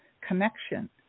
connection